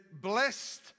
Blessed